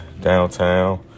downtown